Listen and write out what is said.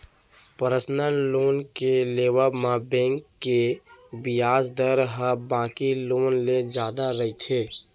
personal loan के लेवब म बेंक के बियाज दर ह बाकी लोन ले जादा रहिथे